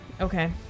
Okay